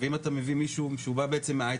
אז אם אתה מביא מישהו שבא מההייטק,